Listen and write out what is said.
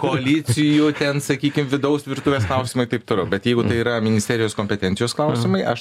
koalicijų ten sakykim vidaus virtuvės klausimai taip toliau bet jeigu tai yra ministerijos kompetencijos klausimai aš